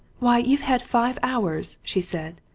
why, you've had five hours! she said.